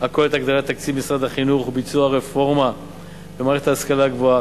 הכוללת הגדלת תקציב משרד החינוך וביצוע רפורמה במערכת ההשכלה הגבוהה,